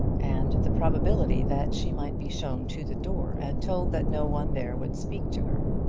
and the probability that she might be shown to the door and told that no one there would speak to her.